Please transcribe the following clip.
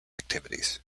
activities